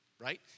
Right